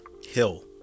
Hill